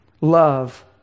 Love